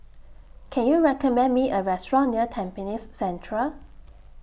Can YOU recommend Me A Restaurant near Tampines Central